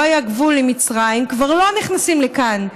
היה גבול עם מצרים כבר לא נכנסים לכאן,